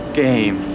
game